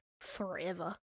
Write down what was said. forever